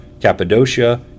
Cappadocia